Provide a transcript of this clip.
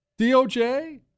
DOJ